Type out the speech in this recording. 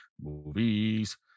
movies